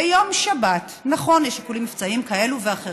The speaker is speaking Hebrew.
ביום שבת, נכון, יש שיקולים מבצעיים כאלה ואחרים,